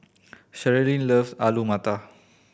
Cherilyn loves Alu Matar